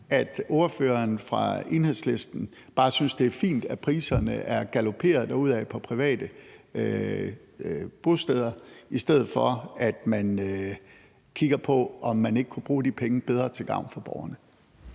at spørgeren fra Enhedslisten bare synes, det er fint, at priserne er galoperet derudad på private bosteder, i stedet for at man kigger på, om man ikke kunne bruge de penge bedre til gavn for borgerne.